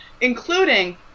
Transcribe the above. including